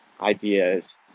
ideas